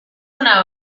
una